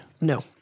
No